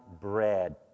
bread